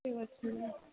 ଠିକ୍ ଅଛି ମ୍ୟାମ୍